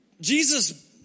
Jesus